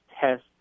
test